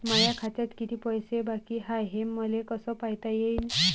माया खात्यात किती पैसे बाकी हाय, हे मले कस पायता येईन?